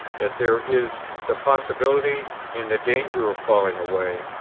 that there is the possibility and the danger of falling away,